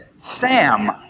Sam